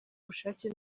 ubushake